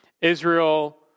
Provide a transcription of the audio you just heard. Israel